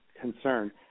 concern